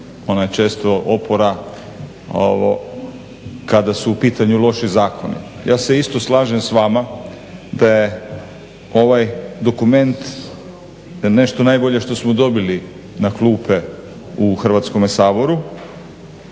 Ona je često opora kada su u pitanju loši zakoni. Ja se isto slažem s vama da je ovaj dokument nešto najbolje što smo dobili na klupe u Hrvatskome saboru,